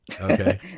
Okay